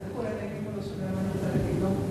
איך הוא יענה לי אם הוא לא שומע מה אני רוצה להגיד לו?